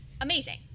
amazing